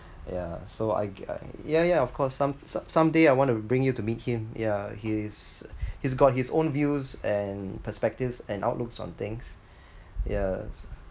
ya so I gue~ I yeah yeah of course some some some day I want to bring you to meet him yeah he's he's got his own views and perspectives and outlooks on things yes